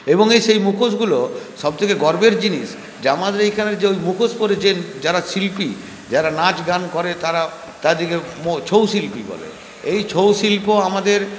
এবং এই সেই মুখোশগুলো সবথেকে গর্বের জিনিস যে আমাদের এইখানে যে মুখোশ পড়ে যে শিল্পি যারা নাচ গান করে তারা তাদেরকে ছৌশিল্পি বলে এই ছৌশিল্প আমাদের